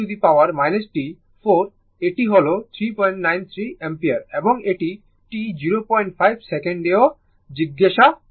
তো 4 1 e t 4 এটি হল 393 অ্যাম্পিয়ার এবং এটি t 05 সেকেন্ডেও জিজ্ঞাসা করেছে